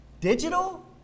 digital